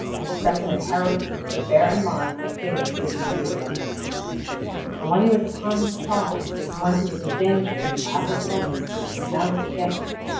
and expecting that herod would bear in mind what favor he had received from him and when he was upon his trial, and when he was in danger that a capital sentence would be pronounced against him,